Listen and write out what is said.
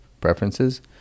preferences